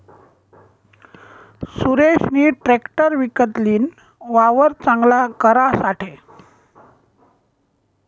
सुरेशनी ट्रेकटर विकत लीन, वावर चांगल करासाठे